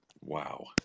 Wow